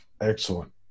Excellent